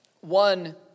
One